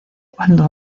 cuando